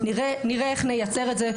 נראה איך נייצר את זה.